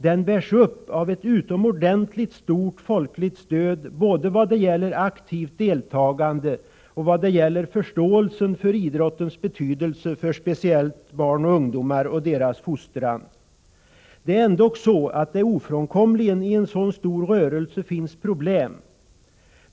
Den bärs upp av ett utomordentligt stort folkligt stöd både i vad gäller aktivt deltagande och förståelse för idrottens betydelse för speciellt barn och ungdomar och deras fostran. Det är ändock så att det ofrånkomligen finns problem i en så stor rörelse.